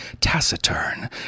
taciturn